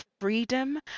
freedom